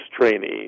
trainees